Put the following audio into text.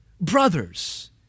brothers